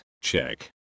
check